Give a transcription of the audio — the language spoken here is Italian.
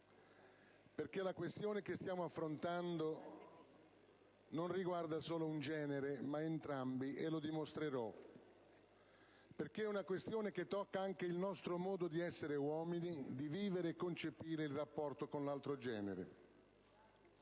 perché la questione che stiamo affrontando non riguarda solo un genere, ma entrambi, e lo dimostrerò. È infatti una questione che tocca anche il nostro modo di essere uomini, di vivere e concepire il rapporto con l'altro genere.